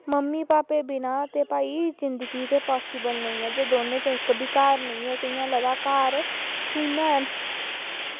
mummy भापै दे बिना ते भाई जिंदगी पॉसिवल नेईं ऐ जे दौनें चा इक्क बी घर निं होवै ते इंया लगदा कि घर सुन्ना ऐ